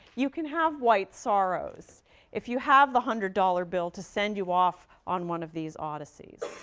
you can have white sorrows if you have the hundred-dollar bill to send you off on one of these odysseys.